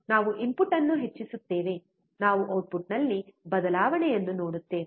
ನಾವು ಇನ್ಪುಟ್ ಅನ್ನು ಹೆಚ್ಚಿಸುತ್ತೇವೆ ನಾವು ಔಟ್ಪುಟ್ನಲ್ಲಿ ಬದಲಾವಣೆಯನ್ನು ನೋಡುತ್ತೇವೆ